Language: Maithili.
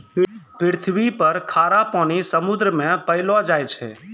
पृथ्वी पर खारा पानी समुन्द्र मे पैलो जाय छै